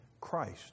Christ